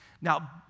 Now